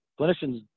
clinicians